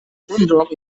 syndrome